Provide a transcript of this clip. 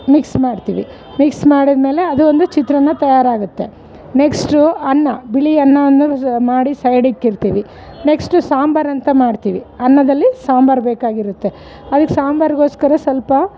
mix ಮಾಡ್ತೀವಿ mix ಮಾಡಿದಮೇಲೆ ಅದು ಒಂದು ಚಿತ್ರನ್ನ ತಯಾರಾಗುತ್ತೆ ನೆಕ್ಸ್ಟು ಅನ್ನ ಬಿಳಿ ಅನ್ನವನ್ನು ಮಾಡಿ ಸೈಡ್ ಇಕ್ಕಿರ್ತಿವಿ ನೆಕ್ಸ್ಟು ಸಾಂಬರಂಥ ಮಾಡ್ತೀವಿ ಅನ್ನದಲ್ಲಿ ಸಾಂಬರ್ ಬೇಕಾಗಿರುತ್ತೆ ಅದಕ್ಕೆ ಸಾಂಬಾರಿಗೋಸ್ಕರ ಸ್ವಲ್ಪ